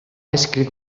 escrit